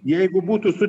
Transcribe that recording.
jeigu būtų su